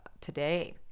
today